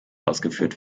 ausgeführt